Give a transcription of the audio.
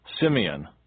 Simeon